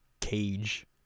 cage